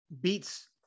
beats